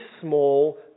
small